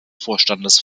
vorstandes